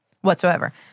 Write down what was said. whatsoever